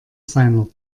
seiner